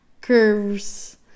curves